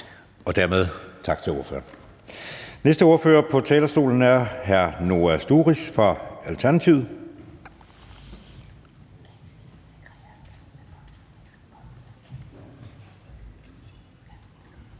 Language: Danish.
siger vi tak til ordføreren. Næste ordfører på talerstolen er hr. Noah Sturis fra Alternativet.